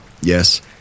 Yes